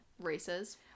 races